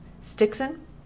Stixon